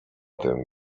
tym